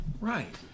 Right